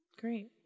great